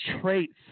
traits